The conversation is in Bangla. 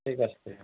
ঠিক আছে ঠিক আছে